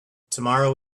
tomorrow